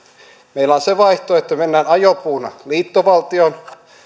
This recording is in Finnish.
meillä on se vaihtoehto että mennään ajopuuna liittovaltioon